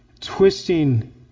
twisting